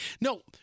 No